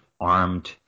armed